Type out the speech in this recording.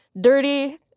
Dirty